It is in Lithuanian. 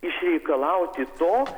išreikalauti to